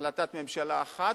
בהחלטת ממשלה אחת,